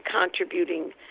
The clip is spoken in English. contributing